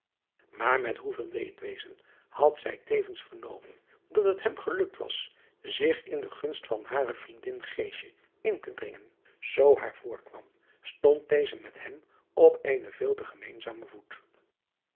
aar met hoeveel leedwezen had zij tevens vernomen dat het hem gelukt was zich in de gunst van hare vriendin in te dringen zoo haar voorkwam stond deze met hem op